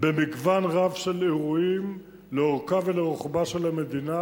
במגוון רב של אירועים לאורכה ולרוחבה של המדינה.